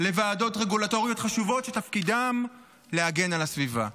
לוועדות רגולטוריות חשובות שתפקידן להגן על הסביבה?